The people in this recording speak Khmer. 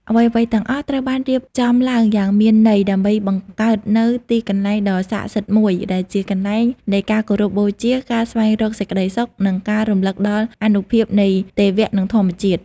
អ្វីៗទាំងអស់ត្រូវបានរៀបចំឡើងយ៉ាងមានន័យ ដើម្បីបង្កើតនូវទីកន្លែងដ៏ស័ក្តិសិទ្ធិមួយ ដែលជាកន្លែងនៃការគោរពបូជា ការស្វែងរកសេចក្តីសុខ និងការរំលឹកដល់អានុភាពនៃទេវៈ និងធម្មជាតិ។